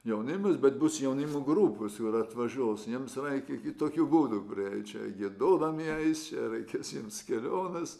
jaunimas bet bus jaunimo grupės ir atvažiuos jiems reikia kitokių būdų kurie čia giedodami eis čia reikės jiems kelionės